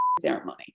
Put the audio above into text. ceremony